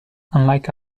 unlike